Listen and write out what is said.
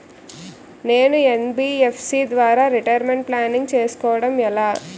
నేను యన్.బి.ఎఫ్.సి ద్వారా retirement planning చేసుకోవడం ఎలా?